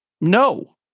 no